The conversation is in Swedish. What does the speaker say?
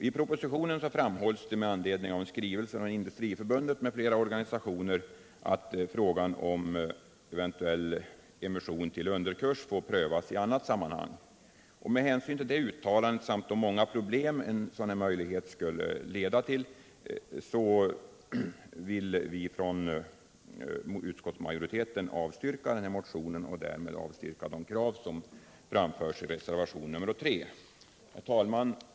I propositionen framhålls med anledning av en skrivelse från Industriförbundet och andra organisationer att frågan om eventuell emission till underkurs får prövas i annat sammanhang. Med hänsyn till detta uttalande och de många problem som en sådan möjlighet skulle leda till har vi i utskottsmajoriteten avstyrkt motionen och därmed också avstyrkt de krav som framförs i reservationen 3. Herr talman!